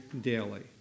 daily